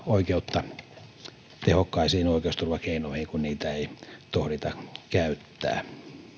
oikeutta tehokkaisiin oikeusturvakeinoihin kun niitä ei tohdita käyttää mutta